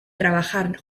trabajar